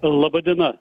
laba diena